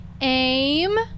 Aim